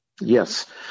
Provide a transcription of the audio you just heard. Yes